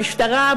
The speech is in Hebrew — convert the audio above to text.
במשטרה,